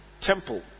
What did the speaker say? temple